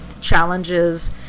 challenges